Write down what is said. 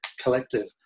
collective